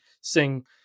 sing